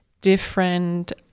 different